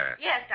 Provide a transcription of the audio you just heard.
Yes